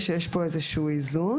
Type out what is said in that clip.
ויש פה איזה שהוא איזון.